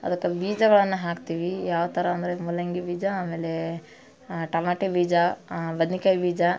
ಅದಕ್ಕೆ ಬೀಜಗಳನ್ನು ಹಾಕ್ತೀವಿ ಯಾವ ಥರ ಅಂದರೆ ಮೂಲಂಗಿ ಬೀಜ ಆಮೇಲೆ ಟಮಾಟೆ ಬೀಜ ಬದ್ನೆಕಾಯಿ ಬೀಜ